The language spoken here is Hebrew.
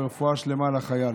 ורפואה שלמה לחייל.